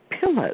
pillows